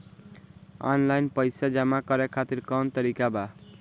Online पइसा जमा करे खातिर कवन तरीका बा?